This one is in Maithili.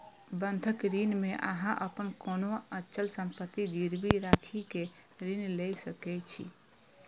बंधक ऋण मे अहां अपन कोनो अचल संपत्ति गिरवी राखि कें ऋण लए सकै छी